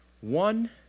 one